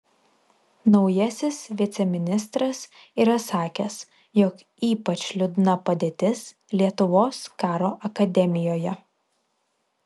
naujasis viceministras yra sakęs jog ypač liūdna padėtis lietuvos karo akademijoje